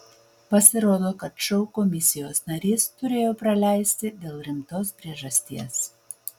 pasirodo kad šou komisijos narys turėjo praleisti dėl rimtos priežasties